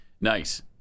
nice